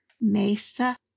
Mesa